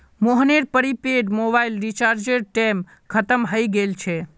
मोहनेर prepaid mobile रीचार्जेर टेम खत्म हय गेल छे